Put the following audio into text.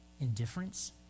Indifference